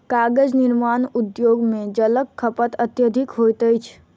कागज निर्माण उद्योग मे जलक खपत अत्यधिक होइत अछि